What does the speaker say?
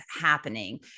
happening